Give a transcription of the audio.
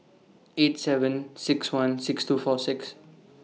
eight seven six one six two four six